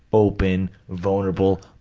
open, vulnerable,